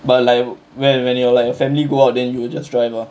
but like when when you're like family go out then you will just drive ah